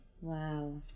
Wow